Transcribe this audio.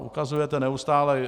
Ukazujete neustále.